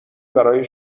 برای